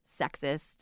sexist